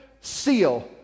seal